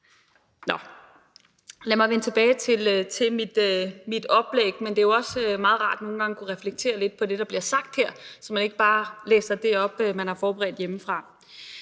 Lad mig vende tilbage til mit oplæg – selv om det jo også nogle gange kan være meget rart at reflektere lidt over det, der bliver sagt her, så man ikke bare læser det op, som man har forberedt hjemmefra.